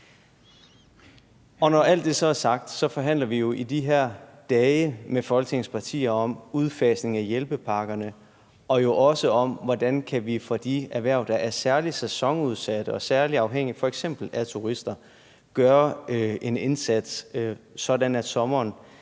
Når alt det så er sagt, forhandler vi jo i de her dage med Folketingets partier om udfasning af hjælpepakkerne og jo også om, hvordan vi for de erhverv, der er særlig sæsonudsatte og særlig afhængige af f.eks. turister, kan gøre en indsats, sådan at sommeren